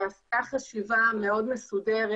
נעשתה חשיבה מאוד מסודרת,